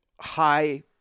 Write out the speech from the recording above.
high